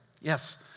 Yes